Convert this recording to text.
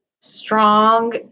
strong